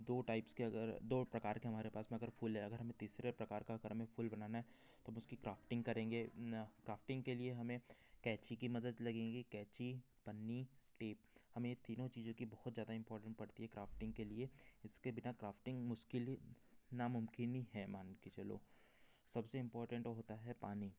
दो टाइप्स के अगर दो प्रकार के हमारे पास मे अगर फूल हैं अगर हमे तीसरे प्रकार का अगर हमे फूल बनाना है तो हम उसकी क्राफ़्टिंग करेंगे न क्राफ़्टिंग के लिए हमे कैंची की मदद लगेगी कैंची पन्नी टेप हमे ये तीनों चीज़ों की बहुत ज़्यादा इम्पॉर्टेंट पड़ती है क्राफ़्टिंग के लिए इसके बिना क्राफ़्टिंग मुश्किल ही नामुमकिन ही है मानके चलो सबसे इम्पोर्टेंट ओ होता है पानी